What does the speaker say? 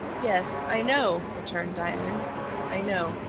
yes, i know, returned diamond i know.